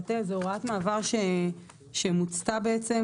בטל." זו הוראת מעבר שמוצתה בעצם,